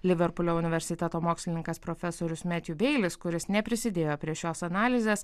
liverpulio universiteto mokslininkas profesorius metju beilis kuris neprisidėjo prie šios analizės